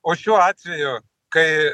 o šiuo atveju kai